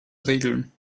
regeln